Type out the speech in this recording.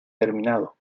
terminado